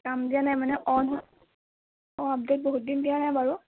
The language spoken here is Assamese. কাম দিয়া নাই মানে অ'ন হয় অঁ আপডে'ট বহুত দিয়া নাই বাৰু